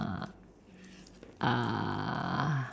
err